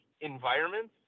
environments